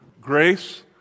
Grace